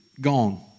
gone